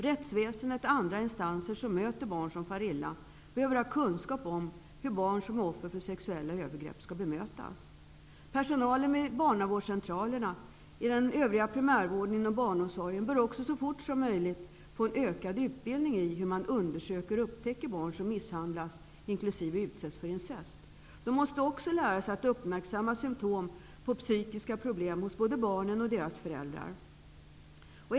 Rättsväsendet och andra instanser som möter barn som far illa behöver ha kunskap om hur barn som är offer för sexuella övergrepp skall bemötas. Personalen vid barnavårdscentralerna, i den övriga primärvården och inom barnomsorgen bör så fort som möjligt få en ökad utbildning i hur man undersöker och upptäcker barn som misshandlas, inklusive utsätts för incest. De måste också läras att uppmärksamma symtom på psykiska problem hos både barnen och föräldrarna.